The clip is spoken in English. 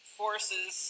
forces